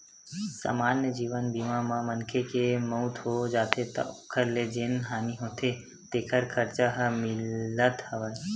समान्य जीवन बीमा म मनखे के मउत हो जाथे त ओखर ले जेन हानि होथे तेखर खरचा ह मिलथ हव